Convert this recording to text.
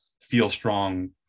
feel-strong